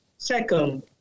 Second